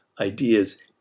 ideas